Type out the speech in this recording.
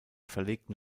verlegten